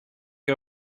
you